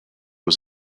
was